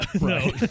no